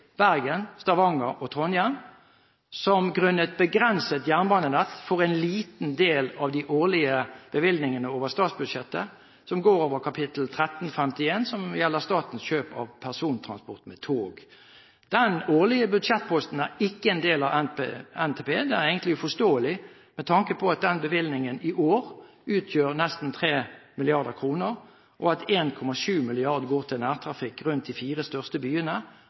Bergen, Stavanger og Trondheim. Disse byene, grunnet et begrenset jernbanenett, får en liten del av de årlige bevilgningene over statsbudsjettets kap. 1351, som gjelder statens kjøp av persontransport med tog. Denne årlige budsjettposten er ikke en del av Nasjonal transportplan. Det er egentlig uforståelig med tanke på at den bevilgningen i år utgjør nesten 3 mrd. kr. Av dette går 1,7 mrd. kr til nærtrafikk rundt de fire største byene,